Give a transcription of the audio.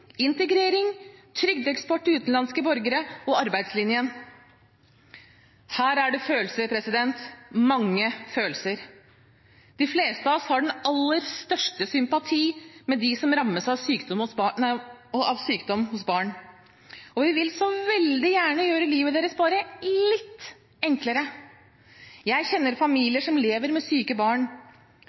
integrering, trygdeeksport til utenlandske borgere og arbeidslinjen? Her er det følelser – mange følelser. De fleste av oss har den aller største sympati med dem som rammes av sykdom hos barn, og vi vil så veldig gjerne gjøre livet deres bare litt enklere. Jeg kjenner familier som lever med syke barn.